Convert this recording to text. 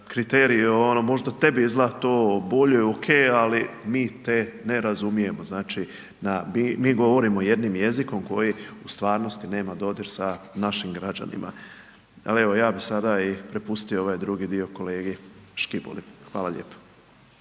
kriterij, evo možda tebi izgleda bolje, okej, ali mi te ne razumijemo. Znači, mi govorimo jednim jezikom koji u stvarnosti nema dodir sa našim građanima. Al evo ja bi sada i prepustio ovaj drugi dio kolegi Škiboli, hvala lijepo.